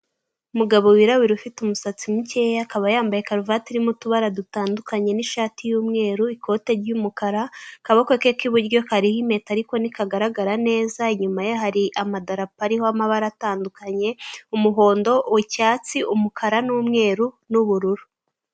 Umugabo wirabura ufite umusatsi mukeya, akaba yambaye karuvate ifite utubara dutandukanye n'ishati y'umweru, ikote ry'umukara, akaboko ke k'iburyo kariho impeta ariko ntikagaragara neza, inyuma ye hari amadarapo ariho amabara atandukanye, umuhondo, icyatsi, umukara n'umweru n'ubururu.